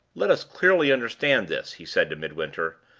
let us clearly understand this, he said to midwinter.